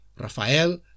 Rafael